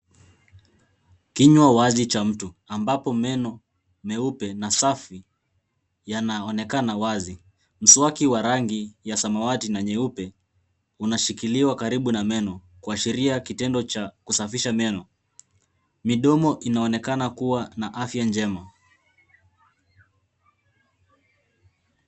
Kinywa wazi cha mtu, ambapo meno meupe na safi yanaonekana wazi. Mswaki wa rangi ya samawati na nyeupe unashikiliwa karibu na meno kuashiria kitendo cha kusafisha meno. Midomo inaonekana kuwa na afya njema.